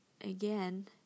again